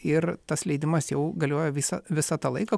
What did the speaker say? ir tas leidimas jau galioja visą visą tą laiką